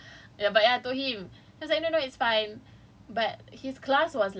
read properly something like that but ya but ya I told him he was like no no it's fine